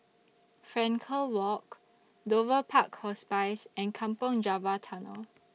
Frankel Walk Dover Park Hospice and Kampong Java Tunnel